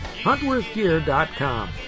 huntworthgear.com